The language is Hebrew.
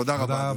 תודה רבה.